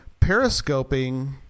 periscoping